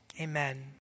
Amen